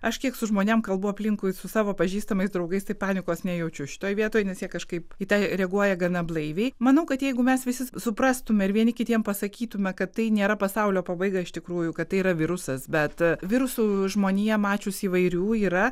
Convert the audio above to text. aš kiek su žmonėm kalbu aplinkui su savo pažįstamais draugais tai panikos nejaučiu šitoj vietoj nes jie kažkaip į tai reaguoja gana blaiviai manau kad jeigu mes visi suprastume ir vieni kitiem pasakytume kad tai nėra pasaulio pabaiga iš tikrųjų kad tai yra virusas bet virusų žmonija mačiusi įvairių yra